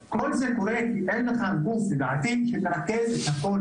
כל זה קורה כי אין לך גוף שמרכז את הכול